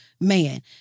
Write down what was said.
man